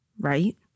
right